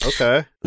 Okay